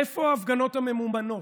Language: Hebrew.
איפה ההפגנות הממומנות?